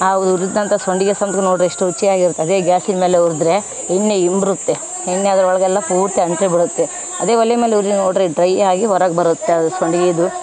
ಅವರು ಹುರ್ದಂಥ ಸಂಡಿಗೆ ಸಂತ್ಗು ನೋಡಿರಿ ಎಷ್ಟು ರುಚಿಯಾಗಿರುತ್ತದೆ ಅದೇ ಗ್ಯಾಸಿನ ಮೇಲೆ ಹುರ್ದ್ರೆ ಎಣ್ಣೆ ಇಂಬ್ರುತ್ತೆ ಎಣ್ಣೆ ಅದರ ಒಳಗೆಲ್ಲ ಪೂರ್ತಿ ಅಂಟೇ ಬಿಡುತ್ತೆ ಅದೇ ಒಲೆ ಮೇಲೆ ಉರಿ ನೋಡಿರಿ ಡ್ರೈಯಾಗಿ ಹೊರಗೆ ಬರುತ್ತೆ ಅದು ಸಂಡಿಗೀದ್ದು